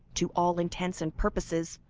to all intents and purposes,